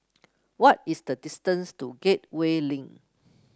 what is the distance to Gateway Link